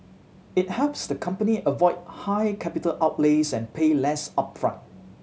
it helps the company avoid high capital outlays and pay less upfront